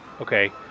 okay